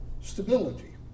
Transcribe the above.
Stability